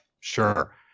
Sure